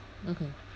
mmhmm